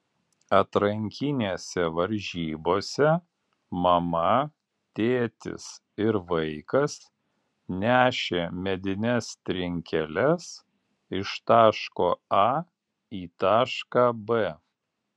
atrankinėse varžybose mama tėtis ir vaikas nešė medines trinkeles iš taško a į tašką b